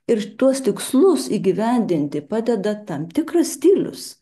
ir tuos tikslus įgyvendinti padeda tam tikras stilius